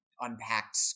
unpacked